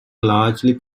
largely